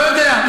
לא יודע.